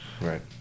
Right